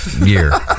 year